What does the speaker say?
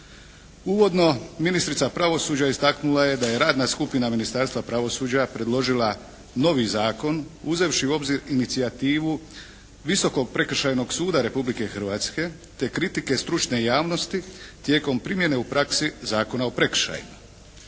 Uvodno ministrica pravosuđa istaknula je da je radna skupina Ministarstva pravosuđa predložila novi zakon uzevši u obzir inicijativu Visokog prekršajnog suda Republike Hrvatske, te kritike stručne javnosti tijekom primjene u praksi Zakona o prekršajima.